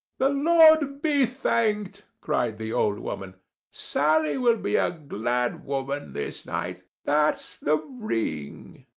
the lord be thanked! cried the old woman sally will be ah glad woman this night. that's the ring.